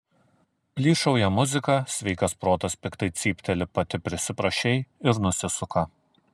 plyšauja muzika sveikas protas piktai cypteli pati prisiprašei ir nusisuka